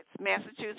Massachusetts